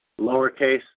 lowercase